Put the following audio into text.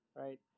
right